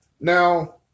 Now